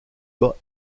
bas